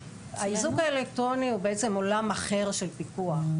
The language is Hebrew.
האיזוק האלקטרוני הוא בעצם עולם אחר של פיקוח.